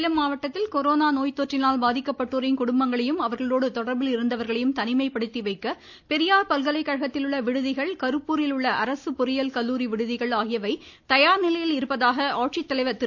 சேலம் மாவட்டத்தில் கொரோனா நோய் தொற்றினால் பாதிக்கப்பட்டோரின் குடும்பங்களையும் அவர்களோடு தொடர்பில் இருந்தவர்களையும் தனிமைப்படுத்தி வைக்க பெரியார் பல்கலைக்கழகத்தில் உள்ள விடுதிகள் கருப்பூரில் உள்ள அரசு பொறியியல் கல்லூரி விடுதிகள் ஆகியவை தயார்நிலையில் இருப்பதாக மாவட்ட ஆட்சித்தலைவர் திரு